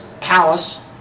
palace